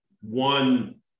one